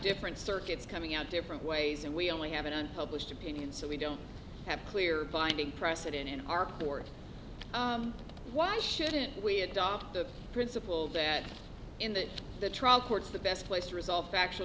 different circuits coming out different ways and we only have an unpublished opinion so we don't have clear binding precedent in our board why shouldn't we adopt the principle that in that the trial courts the best place to resolve factual